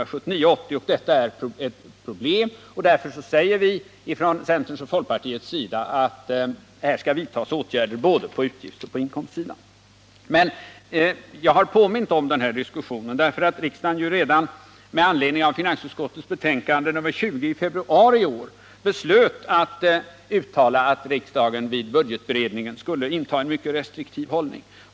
Detta är ett problem, och därför säger vi inom centern och folkpartiet att åtgärder skall vidtas på både inkomstoch utgiftssidan. Jag har påmint om den här diskussionen därför att riksdagen redan med anledning av finansutskottets betänkande nr 20 i februari i år beslöt uttala att riksdagen vid budgetberedningen skulle inta en mycket restriktiv hållning.